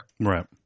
Right